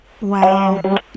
wow